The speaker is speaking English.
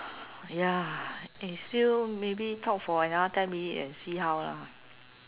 ya it's still maybe talk for another ten minutes and see how lah